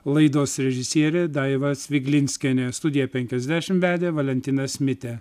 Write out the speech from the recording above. laidos režisierė daiva sviglinskienė studiją penkiasdešimt vedė valentinas mitė